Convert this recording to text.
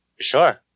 sure